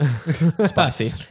Spicy